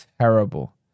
terrible